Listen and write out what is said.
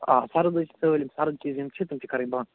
آ سرٕد حظ چھِ سٲلِم سرٕد چیٖز یِم چھِ تِم چھِ کَرٕنۍ بنٛد